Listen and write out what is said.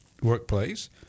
workplace